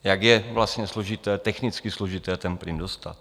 Jak je vlastně složité, technicky složité, ten plyn dostat?